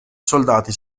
soldati